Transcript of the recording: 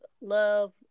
love